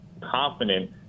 confident